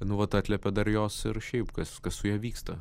nu vat atliepia dar jos ir šiaip kas kas su ja vyksta